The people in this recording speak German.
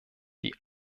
die